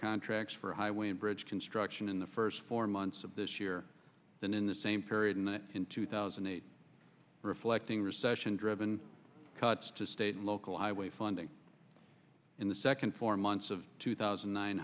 contracts for highway and bridge construction in the first four months of this year than in the same period and then in two thousand and eight reflecting recession driven cuts to state and local highway funding in the second four months of two thousand